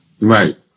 Right